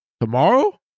tomorrow